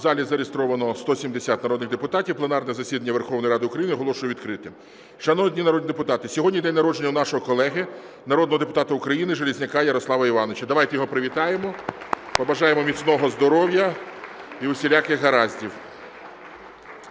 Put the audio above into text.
У залі зареєстровано 170 народних депутатів. Пленарне засідання Верховної Ради України оголошую відкритим. Шановні народні депутати, сьогодні день народження у нашого колеги народного депутата України Железняка Ярослава Івановича. Давайте його привітаємо, побажаємо міцного здоров'я і усіляких гараздів.